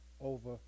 over